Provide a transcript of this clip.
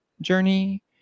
journey